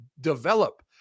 develop